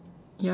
ya